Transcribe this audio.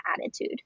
attitude